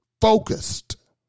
focused